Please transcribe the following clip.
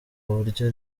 buryo